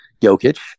Jokic